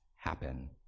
happen